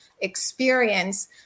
experience